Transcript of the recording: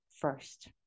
first